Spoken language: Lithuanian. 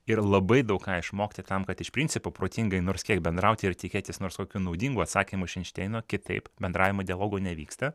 ir labai daug ką išmokti tam kad iš principo protingai nors kiek bendrauti ir tikėtis nors kokių naudingų atsakymų iš enšteino kitaip bendravimo dialogo nevyksta